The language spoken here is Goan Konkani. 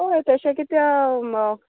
होय तशें कितें